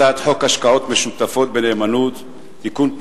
הצעת חוק השקעות משותפות בנאמנות (תיקון,